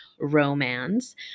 romance